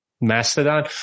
Mastodon